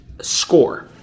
score